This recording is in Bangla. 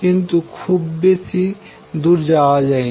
কিন্তু খুব বেশি দূর যাওয়া যায়নি